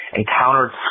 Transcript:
encountered